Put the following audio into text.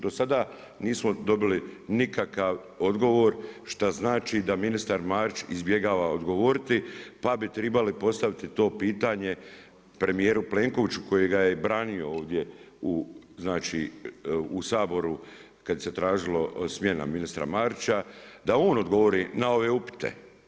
Do sada nismo dobili nikakav odgovor šta znači da ministar Marić izbjegava odgovoriti pa bi trebali postaviti to pitanje premijeru Plenkoviću koji ga je branio ovdje u, znači u Saboru kada se tražilo smjena ministra Marića, da on odgovori na ove upite.